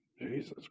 Jesus